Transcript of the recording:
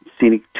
scenic